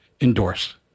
endorse